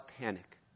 panic